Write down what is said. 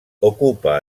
ocupa